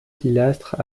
pilastres